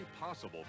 possible